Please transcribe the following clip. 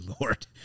Lord